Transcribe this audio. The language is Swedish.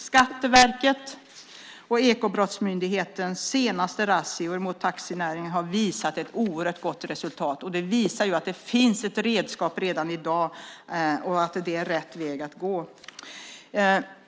Skatteverkets och Ekobrottsmyndighetens senaste razzior mot taxinäringen har visat ett oerhört gott resultat. Det visar att det finns redskap redan i dag och att det är rätt väg att gå.